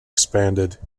expanded